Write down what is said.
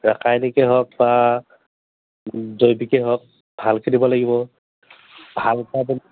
ৰাসায়নিকে হওক বা জৈৱিকে হওক ভালকৈ দিব লাগিব ভাল উৎপাদন